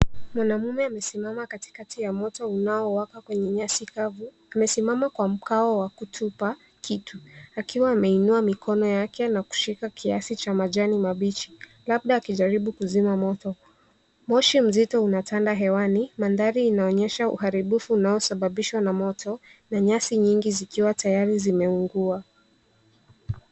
Mwanamume amesimama katikati ya moto unaowaka kwenye nyasi kavu. Amesimama kwa mkao wa kutupa kitu, akiwa ameinua mikono yake na kushika kiasi cha majani mabichi, labda akijaribu kuzima moto. Moshi mzito unatanda hewani. Mandhari inaonyesha uharibifu unaosababishwa na moto, na nyasi nyingi zikiwa tayari zimeungua.